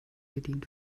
bedient